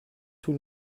طول